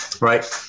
right